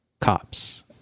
cops